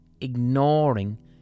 ignoring